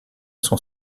sont